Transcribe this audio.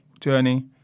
journey